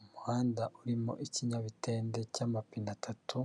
Umuhanda urimo ikinyamitende cy'amapine atatu